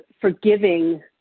forgiving